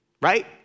right